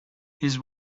his